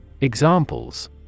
Examples